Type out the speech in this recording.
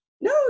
no